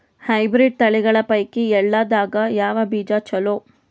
Hybrid ತಳಿಗಳ ಪೈಕಿ ಎಳ್ಳ ದಾಗ ಯಾವ ಬೀಜ ಚಲೋ?